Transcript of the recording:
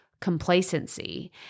complacency